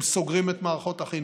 הם סוגרים את מערכות החינוך,